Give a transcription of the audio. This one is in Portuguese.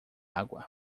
água